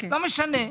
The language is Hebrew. אז,